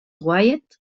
wyatt